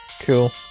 Cool